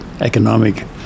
economic